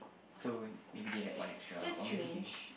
so maybe they had one extra or maybe they